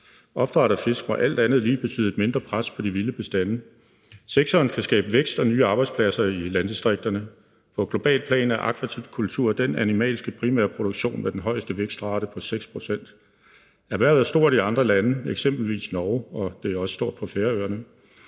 Opdræt af fisk må alt andet lige betyde et mindre pres på de vilde bestande. Sektoren kan skabe vækst og nye arbejdspladser i landdistrikterne. På globalt plan er akvakultur den animalske primærproduktion med den højeste vækstrate, nemlig 6 pct. Erhvervet er stort i andre lande, f.eks. Norge, og det er også stort på Færøerne.